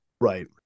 Right